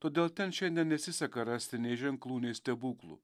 todėl ten šiandien nesiseka rasti nei ženklų nei stebuklų